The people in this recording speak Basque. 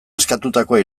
eskatutakoa